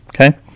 Okay